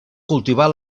cultivar